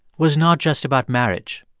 was not just about marriage.